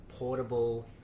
Portable